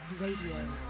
Radio